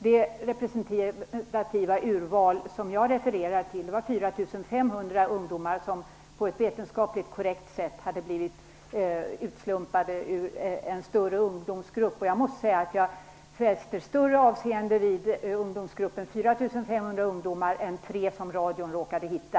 Det representativa urval som jag refererar till var 4 500 ungdomar, som på ett vetenskapligt korrekt sätt hade blivit utslumpade ur en större ungdomsgrupp. Jag måste säga att jag fäster större avseende vid ungdomsgruppen 4 500 ungdomar än tre som radion råkade hitta.